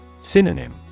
Synonym